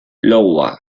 iowa